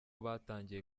batangiye